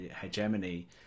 hegemony